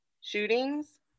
shootings